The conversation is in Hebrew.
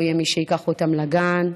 לא יהיה מי שייקח אותם לגן.